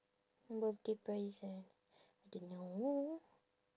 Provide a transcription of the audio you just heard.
birthday present I don't know